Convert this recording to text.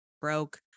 broke